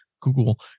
Google